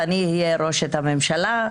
ואני אהיה ראשת הממשלה,